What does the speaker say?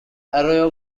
arroyo